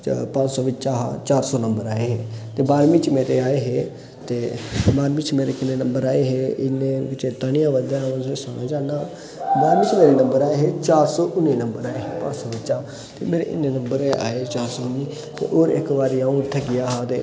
पंज सौ बिच्चा चार सौ नम्बर आए हे ते बाह्रमीं च मेरे आए हे ते बाह्रमीं च मेरे किन्ने आए हे इ'न्ना मीं चेता नी आवा दा में तुसेंगी सनाना चाह्न्नां बाह्रमीं च मेरे आए हे चार सौ उन्नी नम्बर आए हे पंज सौ बिच्चा मेरे इ'न्ने नम्बर गै आए चार सौ उन्नी ते हून इक बारी अ'ऊं उत्थें गेआ हा ते